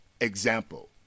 Example